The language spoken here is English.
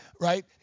Right